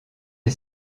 est